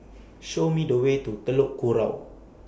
Show Me The Way to Telok Kurau